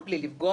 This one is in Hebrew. ולכן